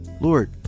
Lord